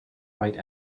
white